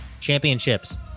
Championships